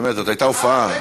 באמת זו הייתה הופעה.